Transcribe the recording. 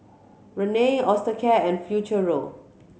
Rene Osteocare and Futuro